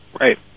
Right